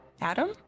Adam